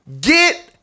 Get